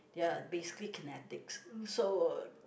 ya basically kinetics so uh